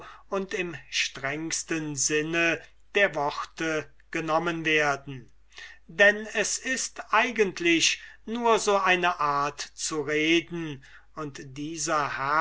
und im strengsten sinn der worte genommen werden denn es ist eigentlich nur so eine art zu reden und dieser